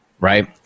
right